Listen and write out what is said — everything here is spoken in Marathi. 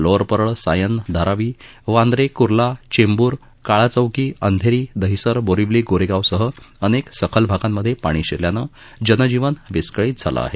लोअरपरळ सायन धारावी वांद्रे कुर्ला चेंबूर काळाचौकी अंधेरी दहिसर बोरीवली गोरेगावसंह अनेक सखल भागांमध्ये पाणी शिरल्यानं जनजीवन विस्कळीत झालं आहे